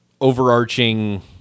overarching